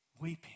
weeping